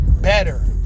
better